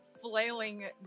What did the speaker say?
flailing